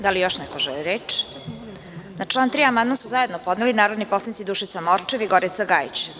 Da li još neko želi reč? (Ne) Na član 3. amandman su zajedno podneli narodni poslanici Dušica Morčev i Gorica Gajić.